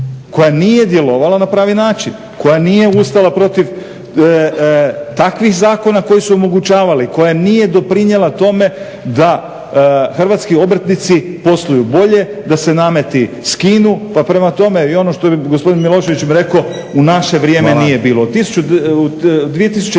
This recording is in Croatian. koja nije djelovala na pravi način, koja nije ustala protiv takvih zakona koji su omogućavali, koja nije doprinijela tome da hrvatski obrtnici posluju bolje, da se nameti skinu. Pa prema tome, i ono što je gospodin Milošević rekao u naše vrijeme nije bilo.